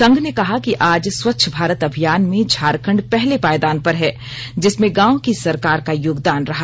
संघ ने कहा कि आज स्वच्छ भारत अभियान में झारखंड पहले पायदान में है जिसमें गांव की सरकार का योगदान रहा